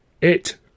It